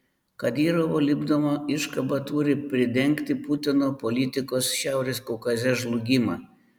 kadyrovo lipdoma iškaba turi pridengti putino politikos šiaurės kaukaze žlugimą